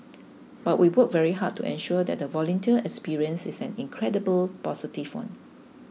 but we work very hard to ensure that the volunteer experience is an incredibly positive one